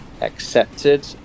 accepted